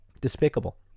Despicable